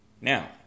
Now